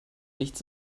nichts